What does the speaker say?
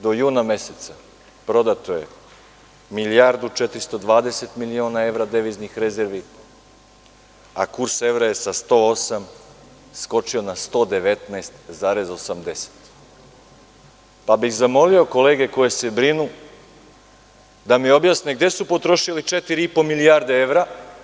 Do juna meseca prodato je milijardu i 420 miliona evra deviznih rezervi, a kurs evra je sa 108 skočio na 119,80 dinara, pa bih zamolio kolege koje se brinu da mi objasne gde su potrošili 4,5 milijarde evra?